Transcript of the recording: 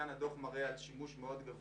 כאן הדוח מראה על שימוש מאוד גבוה